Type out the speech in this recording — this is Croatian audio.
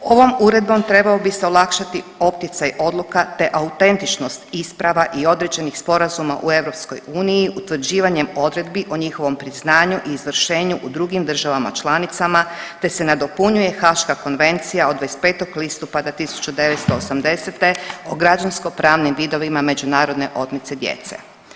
Ovom uredbom trebao bi se olakšati optjecaj odluka, te autentičnost isprava i određenih sporazuma u EU utvrđivanjem odredbi o njihovom priznanju i izvršenju u drugim državama članicama, te se nadopunjuje Haaška konvencija od 25. listopada 1980. o građansko-pravnim vidovima međunarodne otmice djece.